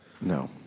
No